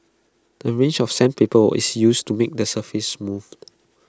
A range of sandpaper is used to make the surface smooth